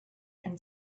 and